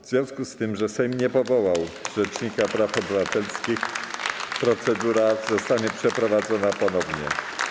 W związku z tym, że Sejm nie powołał rzecznika praw obywatelskich, procedura zostanie przeprowadzona ponownie.